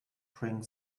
bring